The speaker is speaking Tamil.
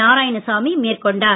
நாராயணசாமி மேற்கொண்டார்